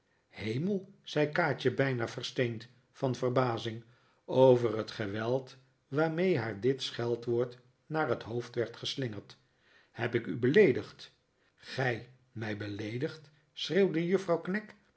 hemel zei kaatje bijna versteend van verbazing over het geweld waarmee haar dit scheldwoord naar het hoofd werd geslingerd heb ik u beleedigd gij mij beleedigd schreeuwde juffrouw